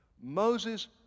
Moses